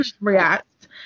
react